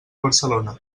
barcelona